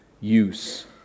use